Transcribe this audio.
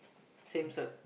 same cert